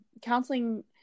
counseling